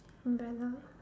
very loud